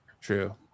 True